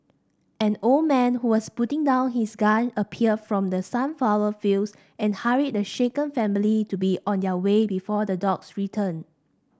an old man who was putting down his gun appeared from the sunflower fields and hurried the shaken family to be on their way before the dogs return